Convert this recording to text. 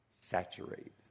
Saturate